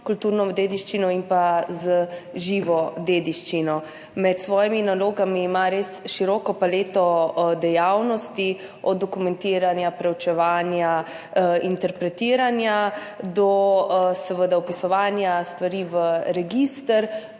kulturno dediščino in z živo dediščino. Med svojimi nalogami ima res široko paleto dejavnosti, od dokumentiranja, preučevanja, interpretiranja do seveda vpisovanja stvari v register